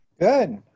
Good